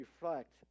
reflect